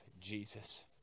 Jesus